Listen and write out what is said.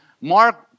Mark